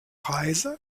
reise